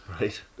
Right